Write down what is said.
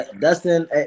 Dustin –